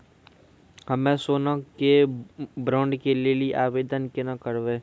हम्मे सोना के बॉन्ड के लेली आवेदन केना करबै?